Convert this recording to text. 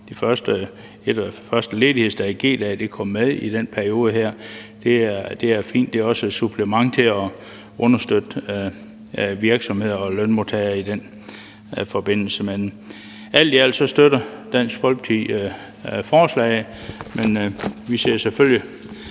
de første ledighedsdage – kom med i den periode her. Det er fint, og det er også et supplement til at understøtte virksomheder og lønmodtagere i den forbindelse. Alt i alt støtter Dansk Folkeparti forslaget, men vi ser selvfølgelig